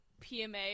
PMA